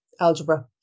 Algebra